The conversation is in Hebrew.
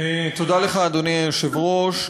אדוני היושב-ראש,